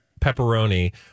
pepperoni